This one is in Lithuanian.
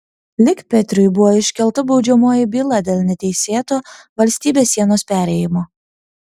likpetriui buvo iškelta baudžiamoji byla dėl neteisėto valstybės sienos perėjimo